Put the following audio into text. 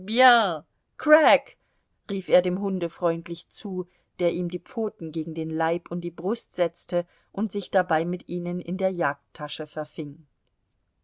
crack rief er dem hunde freundlich zu der ihm die pfoten gegen den leib und die brust setzte und sich dabei mit ihnen in der jagdtasche verfing